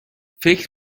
فکر